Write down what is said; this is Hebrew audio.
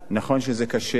נכון שזה קשה,